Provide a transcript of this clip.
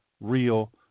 real